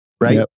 right